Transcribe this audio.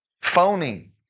Phony